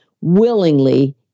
Willingly